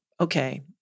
Okay